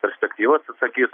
perspektyvos atsakys